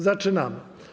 Zaczynamy.